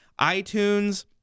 iTunes